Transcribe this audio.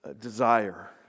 desire